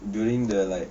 during the like